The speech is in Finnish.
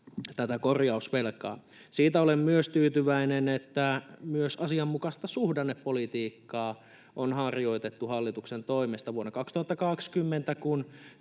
korjausvelkaa. Myös siitä olen tyytyväinen, että asianmukaista suhdannepolitiikkaa on harjoitettu hallituksen toimesta. Kun vuonna 2020